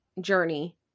journey